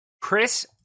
Chris